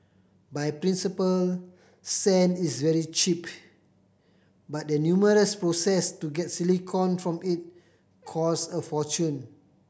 by principle sand is very cheap but the numerous processes to get silicon from it cost a fortune